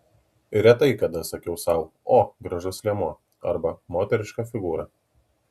retai kada sakiau sau o gražus liemuo arba moteriška figūra